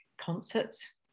concerts